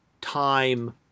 time